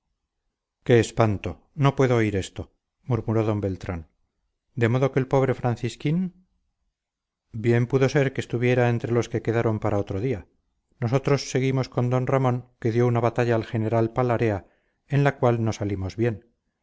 qué espanto no puedo oír esto murmuró d beltrán de modo que el pobre francisquín bien pudo ser que estuviera entre los que quedaron para otro día nosotros seguimos con d ramón que dio una batalla al general palarea en la cual no salimos bien